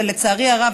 ולצערי הרב,